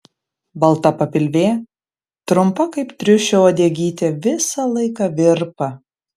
balta papilvė trumpa kaip triušio uodegytė visą laiką virpa